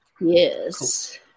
Yes